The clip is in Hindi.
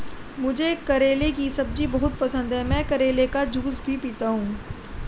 मुझे करेले की सब्जी बहुत पसंद है, मैं करेले का जूस भी पीता हूं